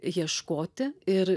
ieškoti ir